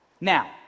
Now